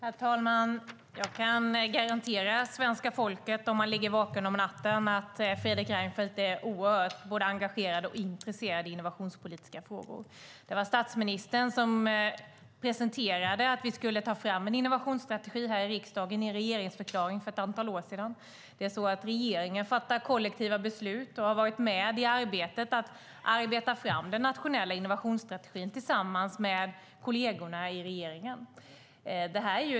Herr talman! Jag kan garantera svenska folket - om de ligger vakna om natten - att Fredrik Reinfeldt är både oerhört engagerad i och intresserad av innovationspolitiska frågor. Det var statsministern som presenterade förslaget om en innovationsstrategi här i riksdagen i en regeringsförklaring för ett antal år sedan. Regeringen fattar kollektiva beslut, och kollegerna där har varit med i arbetet med att ta fram den nationella innovationsstrategin.